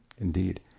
Indeed